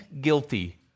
guilty